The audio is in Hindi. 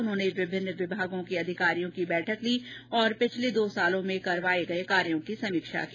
उन्होंने विभिन्न विमागों के अधिकारियों बैठक ली और पिछले दो सालों में करवाए गए कार्यों की समीक्षा भी की